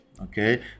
okay